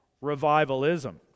revivalism